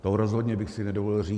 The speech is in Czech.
To rozhodně bych si nedovolil říct.